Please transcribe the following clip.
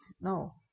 No